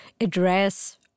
address